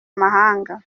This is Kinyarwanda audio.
mahanga